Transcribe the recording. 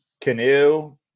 Canoe